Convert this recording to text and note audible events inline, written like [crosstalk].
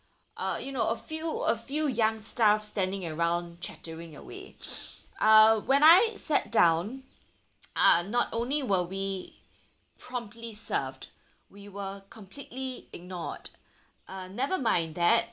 uh you know a few a few young staff standing around chattering away [noise] uh when I sat down uh not only were we promptly served we were completely ignored uh nevermind that